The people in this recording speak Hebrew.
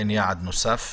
אין יעד נוסף.